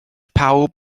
pawb